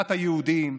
מדינת היהודים,